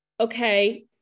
Okay